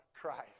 Christ